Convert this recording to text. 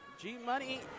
G-Money